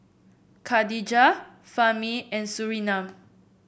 Khadija Fahmi and Surinam